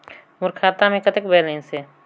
मोर खाता मे कतेक बैलेंस हे?